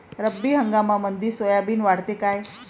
रब्बी हंगामामंदी सोयाबीन वाढते काय?